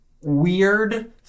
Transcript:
weird